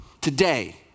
today